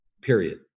period